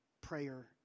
prayer